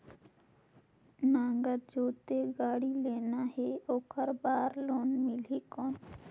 नागर जोते गाड़ी लेना हे ओकर बार लोन मिलही कौन?